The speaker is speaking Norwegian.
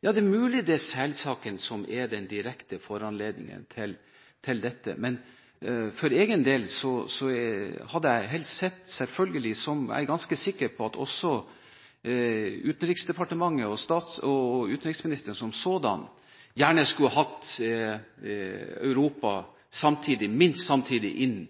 Ja, det er mulig det er selsaken som er den direkte foranledningen til dette, men for egen del hadde jeg selvfølgelig helst sett – og det er jeg ganske sikker på at også Utenriksdepartementet og